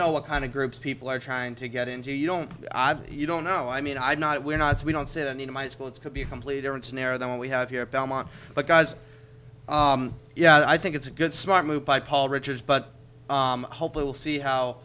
know what kind of groups people are trying to get into you don't you don't know i mean i'm not we're not we don't sit in my school it could be a completely different scenario than what we have here at belmont because yeah i think it's a good smart move by paul richards but hopefully we'll see how